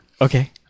Okay